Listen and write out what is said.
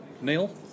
Neil